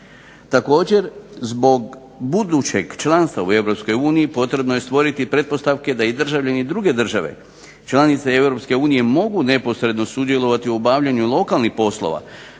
Također zbog budućeg članstva u Europskoj uniji potrebno je stvoriti pretpostavke da državljani druge države članice Europske unije mogu neposredno sudjelovati u obavljanju lokalnih poslova